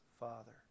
Father